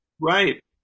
Right